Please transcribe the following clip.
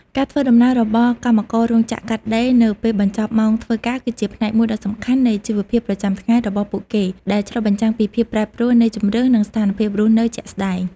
ការធ្វើដំណើររបស់កម្មកររោងចក្រកាត់ដេរនៅពេលបញ្ចប់ម៉ោងធ្វើការគឺជាផ្នែកមួយដ៏សំខាន់នៃជីវភាពប្រចាំថ្ងៃរបស់ពួកគេដែលឆ្លុះបញ្ចាំងពីភាពប្រែប្រួលនៃជម្រើសនិងស្ថានភាពរស់នៅជាក់ស្តែង។